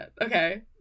Okay